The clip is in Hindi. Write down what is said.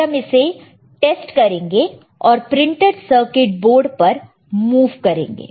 फिर हम इसे टेस्ट करेंगे और प्रिंटेड सर्किट बोर्ड पर मुंव करेंगे